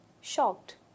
shocked